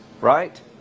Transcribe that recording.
right